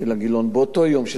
באותו היום שזה קרה,